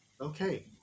Okay